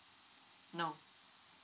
no